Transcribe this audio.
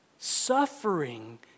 suffering